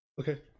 Okay